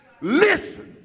Listen